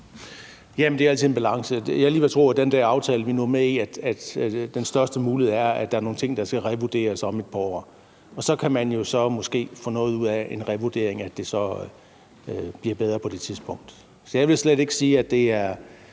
den aftale, vi nu er med i, at den største mulighed er, at der er nogle ting, der skal revurderes om et par år. Og så kan man måske få noget ud af en revurdering – at det så bliver bedre på det tidspunkt. Så jeg vil slet ikke sige, at det er